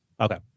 Okay